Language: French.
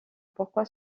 pourquoi